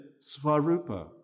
Svarupa